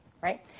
Right